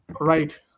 Right